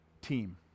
team